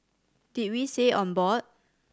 did we say on board